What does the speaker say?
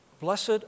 blessed